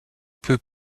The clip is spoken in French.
peu